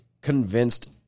convinced